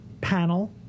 panel